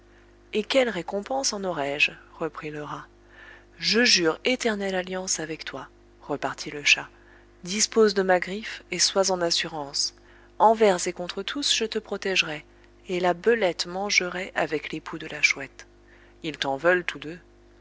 et quelle récompense en aurai-je reprit le rat je jure éternelle alliance avec toi repartit le chat dispose de ma griffe et sois en assurance envers et contre tous je te protégerai et la belette mangerai avec l'époux de la chouette ils t'en veulent tous deux